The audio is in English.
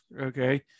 Okay